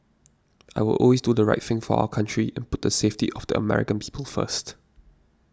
I will always do the right thing for our country and put the safety of the American people first